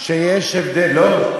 שיהיה הבדל, ממש לא.